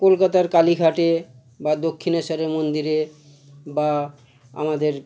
কলকাতার কালীঘাটে বা দক্ষিণেশ্বর মন্দিরে বা আমাদের